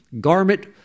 garment